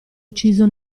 ucciso